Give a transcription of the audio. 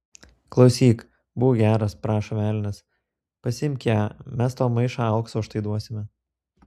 klausyk būk geras prašo velnias pasiimk ją mes tau maišą aukso už tai duosime